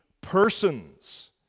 persons